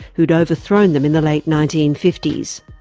who had overthrown them in the late nineteen fifty s.